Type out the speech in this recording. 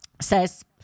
says